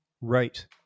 Right